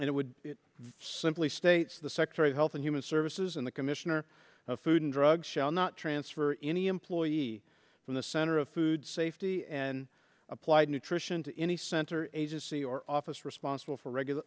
amendment it would simply states the secretary of health and human services in the commissioner of food and drug shall not transfer any employee from the center of food safety and applied nutrition to any center agency or office responsible for regular